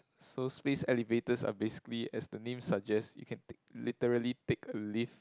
so space elevators are basically as the name suggests you can take literally take a lift